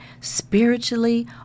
spiritually